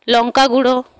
লঙ্কা গুঁড়ো